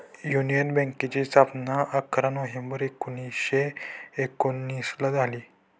union बँकेची स्थापना अकरा नोव्हेंबर एकोणीसशे एकोनिसला झाली